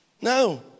No